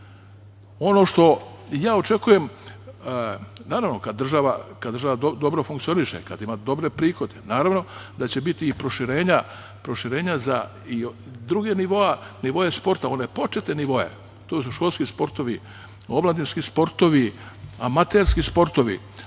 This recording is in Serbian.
što ja očekujem, naravno kad država dobro funkcioniše, kad ima dobre prihode, naravno da će biti i proširenja za i druge nivoe sporta, one početne nivoe. Tu su školski sportovi, omladinski sportovi, amaterski sportovi. Najveći